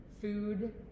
food